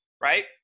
right